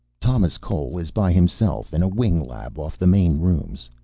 thomas cole is by himself. in a wing lab off the main rooms.